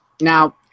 Now